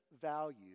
value